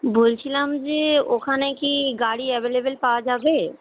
বলছিলাম যে ওখানে কি গাড়ি অ্যাভেইলেবল পাওয়া যাবে